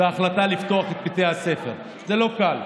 ההחלטה לפתוח את בתי הספר לא קלה.